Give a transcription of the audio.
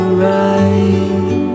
right